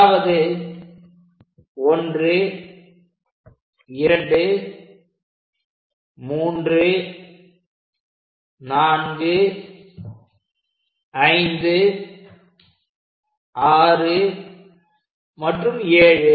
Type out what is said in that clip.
அதாவது 1 2 3 4 5 6 மற்றும் 7